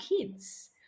kids